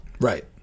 Right